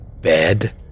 bed